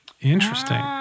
Interesting